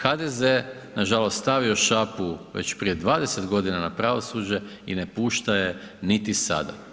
HDZ je nažalost stavio šapu već prije 20 godina na pravosuđe i ne pušta je niti sada.